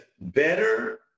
better